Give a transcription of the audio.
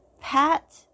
Pat